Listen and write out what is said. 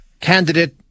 candidate